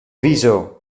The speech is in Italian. viso